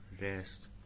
rest